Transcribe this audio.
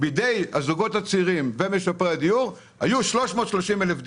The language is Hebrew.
ובידי הזוגות הצעירים ומשפרי הדיור היו 330 אלף דירות.